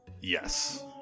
Yes